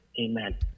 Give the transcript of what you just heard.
Amen